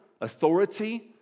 authority